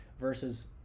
versus